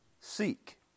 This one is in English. seek